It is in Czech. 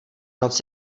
noc